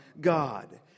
God